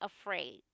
afraid